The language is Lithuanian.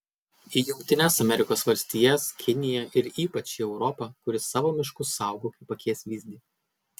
į jungtines amerikos valstijas kiniją ir ypač į europą kuri savo miškus saugo kaip akies vyzdį